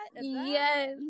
yes